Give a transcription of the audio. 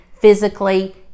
physically